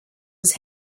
his